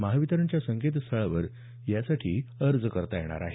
महावितरणच्या संकेतस्थळावर यासाठी अर्ज करता येणार आहे